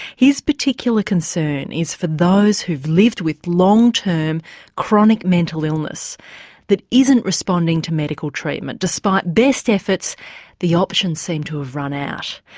his particular concern is for those who've lived with long-term chronic mental illness that isn't responding to medical treatment despite best efforts the options seem to have run out.